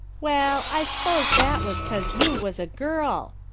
well, i s'pose that was cause you was a girl,